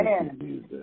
Amen